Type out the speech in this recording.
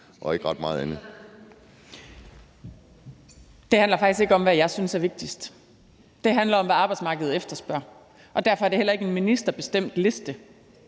Halsboe-Jørgensen): Det handler faktisk ikke om, hvad jeg synes er vigtigst. Det handler om, hvad arbejdsmarkedet efterspørger, og derfor er det heller ikke en ministerbestemt liste.